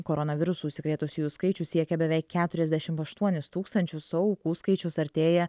koronavirusu užsikrėtusiųjų skaičius siekia beveik keturiasdešim aštuonis tūkstančius o aukų skaičius artėja